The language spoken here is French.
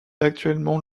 actuellement